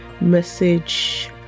message